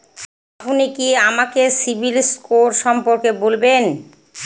আপনি কি আমাকে সিবিল স্কোর সম্পর্কে বলবেন?